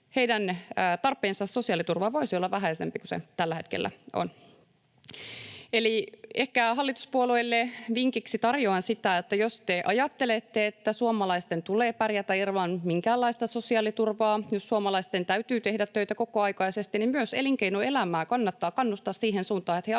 heidän tarpeensa sosiaaliturvaan voisi olla vähäisempi kuin se tällä hetkellä on. Ehkä hallituspuolueille vinkiksi tarjoan sitä, että jos te ajattelette, että suomalaisten tulee pärjätä ilman minkäänlaista sosiaaliturvaa, jos suomalaisten täytyy tehdä töitä kokoaikaisesti, niin myös elinkeinoelämää kannattaa kannustaa siihen suuntaan,